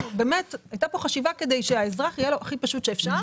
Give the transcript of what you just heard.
באמת הייתה כאן חשיבה כדי שהאזרח יהיה לו הכי פשוט שאפשר.